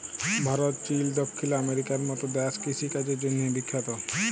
Bharat, Chile, দখ্খিল আমেরিকার মত দ্যাশ কিষিকাজের জ্যনহে বিখ্যাত